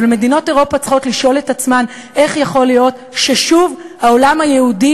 אבל מדינות אירופה צריכות לשאול את עצמן איך יכול להיות ששוב העולם היהודי